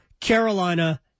Carolina